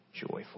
joyful